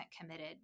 committed